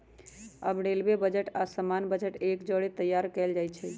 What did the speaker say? अब railway budget आऽ सामान्य बजट एक जौरे तइयार कएल जाइ छइ